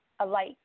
alike